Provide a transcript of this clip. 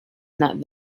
not